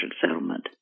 settlement